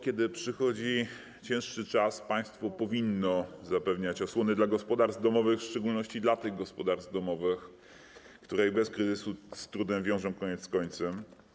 Kiedy przychodzi cięższy czas, państwo powinno zapewniać osłonę dla gospodarstw domowych, w szczególności dla tych gospodarstw domowych, które i bez kryzysu z trudem wiążą koniec z końcem.